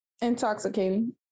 intoxicating